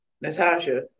Natasha